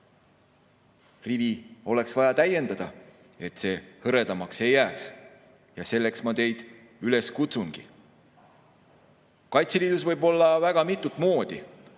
Rivi oleks vaja täiendada, et see hõredamaks ei jääks, ja selleks ma teid üles kutsungi. Kaitseliidus võib olla väga mitut moodi.